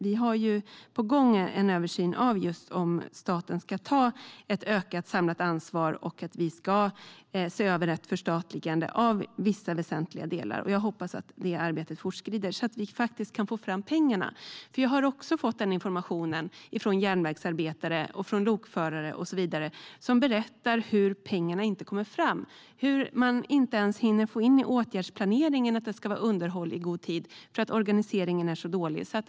Vi har en översyn på gång om staten ska ha ett ökat samlat ansvar, och vi ska se över ett förstatligande av vissa väsentliga delar. Jag hoppas att det arbetet fortskrider så att vi kan få fram pengarna. Jag har fått information från järnvägsarbetare, lokförare och så vidare. De berättar hur pengarna inte kommer fram. Man hinner inte ens få in i åtgärdsplaneringen att det ska vara underhåll i god tid för att organiseringen är så dålig.